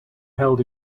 held